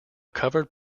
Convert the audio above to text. covered